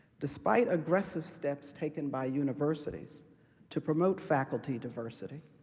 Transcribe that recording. despite aggressive steps taken by universities to promote faculty diversity,